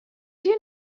you